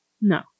No